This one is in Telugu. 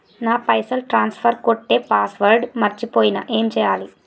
నా పైసల్ ట్రాన్స్ఫర్ కొట్టే పాస్వర్డ్ మర్చిపోయిన ఏం చేయాలి?